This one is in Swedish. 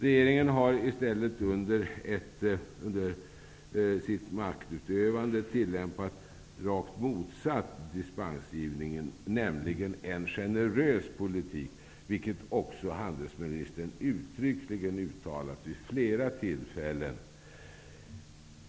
Regeringen har i stället under sitt maktutövande tillämpat rakt motsatt dispensgivning, nämligen en ''generös politik'', vilket också handelsministern uttryckligen uttalat vid flera tillfällen.